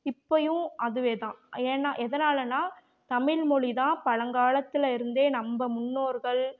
இப்போயும் அதுவே தான் ஏன்னால் எதனாலேனா தமிழ் மொழி தான் பழங்காலத்துல இருந்தே நம்ப முன்னோர்களை